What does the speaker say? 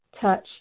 touch